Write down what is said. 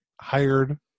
hired